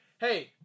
hey